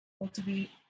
cultivate